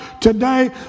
today